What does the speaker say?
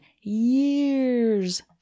years